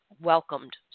welcomed